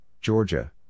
Georgia